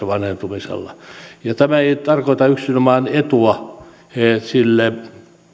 vanhentumisella ja tämä ei ei tarkoita yksinomaan etua sille